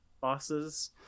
bosses